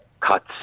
Cuts